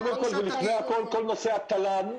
קודם כול ולפני הכול, כל נושא התל"ן.